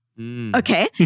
Okay